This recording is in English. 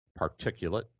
particulate